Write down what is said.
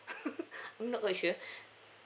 I'm not too sure